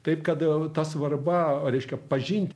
taip kad ta svarba reiškia pažinti